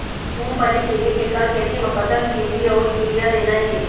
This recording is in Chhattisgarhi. मूंगफली के एक एकड़ खेती म कतक डी.ए.पी अउ यूरिया देना ये?